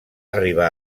arribar